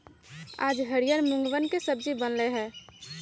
आज हरियर मूँगवन के सब्जी बन लय है